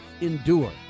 endure